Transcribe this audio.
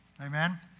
Amen